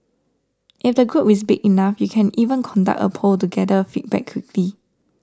if the group is big enough you can even conduct a poll to gather feedback quickly